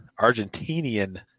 Argentinian